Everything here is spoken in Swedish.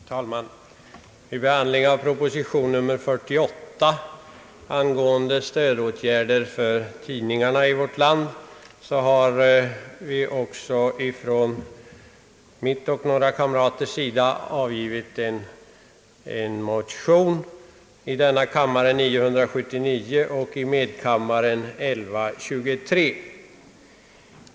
Herr talman! Med anledning av propositionen nr 48 angående stödtåtgärder för tidningarna i vårt land har jag och några partikamrater till mig väckt en motion som i denna kammare har nr 979 och i medkammaren nr 1123.